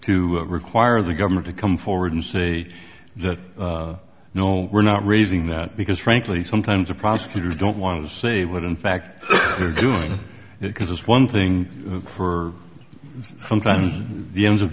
to require the government to come forward and say that no we're not raising that because frankly sometimes the prosecutors don't want to say what in fact because it's one thing for sometimes the ends of